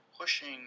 pushing